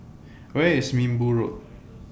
Where IS Minbu Road